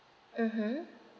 mmhmm